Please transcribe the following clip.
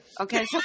Okay